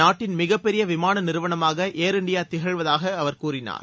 நாட்டின் மிகப்பெரிய விமான நிறுவனமாக ஏர் இண்டியா தொடர்ந்து திகழ்வதாக அவர் கூறினார்